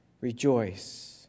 Rejoice